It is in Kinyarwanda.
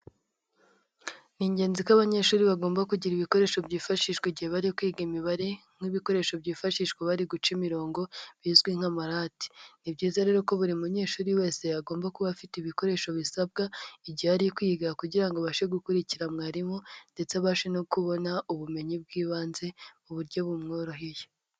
N'ingenzi ko abanyeshuri bagomba kugira ibikoresho byifashishwa igihe bari kwiga imibare, nk'ibikoresho byifashishwa bari guca imirongo bizwi nk'amarate, ni byiza rero ko buri munyeshuri wese yagomba kuba afite ibikoresho bisabwa igihe ari kwiga kugira ngo abashe gukurikira mwarimu ndetse abashe no kubona ubumenyi bw'ibanze mu buryo bumworoheye.